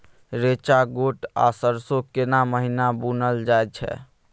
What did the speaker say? रेचा, गोट आ सरसो केना महिना बुनल जाय छै?